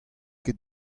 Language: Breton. ket